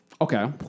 Okay